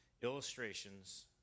illustrations